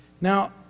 now